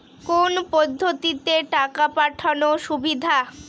কোন পদ্ধতিতে টাকা পাঠানো সুবিধা?